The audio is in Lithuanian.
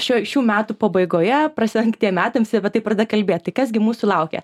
šiuo šių metų pabaigoje prasiant kitiem metams jie va taip pradeda kalbėti tai kas gi mūsų laukia